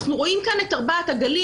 אנחנו רואים כאן את ארבעת הגלים.